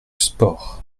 spores